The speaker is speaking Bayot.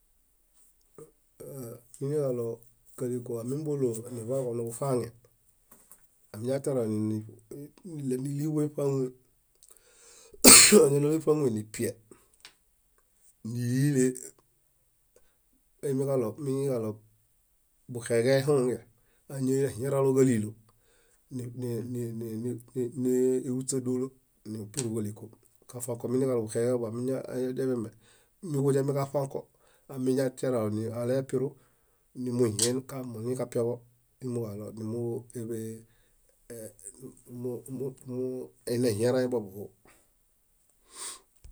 . Iniġaɭo káliko ámimbolo niḃaġo niġufaŋe, amiñatiaralo níɭeniliiḃu éfaŋue. Amiñanaalo éfaŋue nipie, nírile emiġaɭo miniġaɭo buxeġe ehungen, áñoiñahieralõġalilo, né- né- né- néehuśadolo nípiruġaliko. Kafãko muiniġaɭo buxeġeḃom imiñ- añadememe miġudiamiġafãko amiñatiaralo alepiru nimbuhien kambuɭĩġapiaġo ímoġaɭo numueḃe e- mu- mu- enehierãhe boḃuhu.